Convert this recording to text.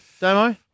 demo